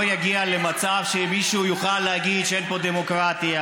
לא יגיע למצב שמישהו יוכל להגיד שאין פה דמוקרטיה,